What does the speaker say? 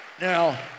Now